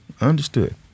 Understood